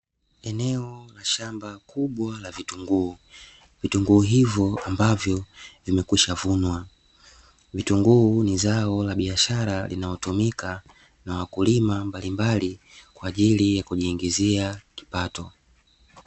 Eneo la shamba kubwa la vitunguu vitunguu hivyo ambavyo vimekwishavunwa vitunguu ni zao la biashara linaotumika na wakulima mbalimbali kwa ajili ya kujiingizia kipato